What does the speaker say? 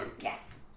Yes